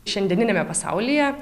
šiandieniniame pasaulyje